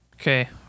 Okay